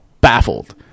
baffled